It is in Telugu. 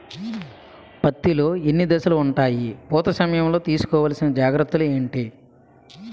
పత్తి లో ఎన్ని దశలు ఉంటాయి? పూత సమయం లో తీసుకోవల్సిన జాగ్రత్తలు ఏంటి?